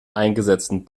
eingesetzten